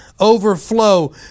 overflow